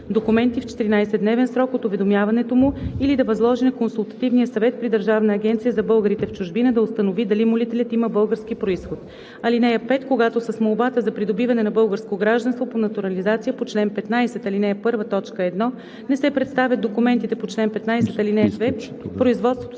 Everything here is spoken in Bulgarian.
документи в 14-дневен срок от уведомяването му или да възложи на Консултативния съвет при Държавната агенция за българите в чужбина да установи дали молителят има български произход. (5) Когато с молбата за придобиване на българско гражданство по натурализация по чл. 15, ал. 1, т. 1 не се представят документите по чл. 15, ал. 2, производството